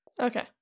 Okay